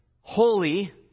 holy